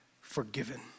forgiven